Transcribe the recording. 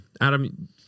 Adam